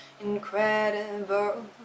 incredible